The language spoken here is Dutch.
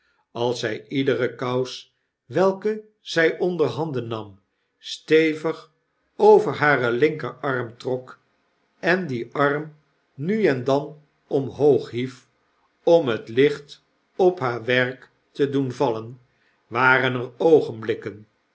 als zy iedere kous welke zy onderhanden nam stevig over haar linkerarm trok en dien arm nu en dan omhoog hief om het licht op haar werk te doen vallen waren er oogenblikken